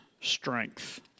strength